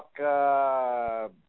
talk